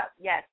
yes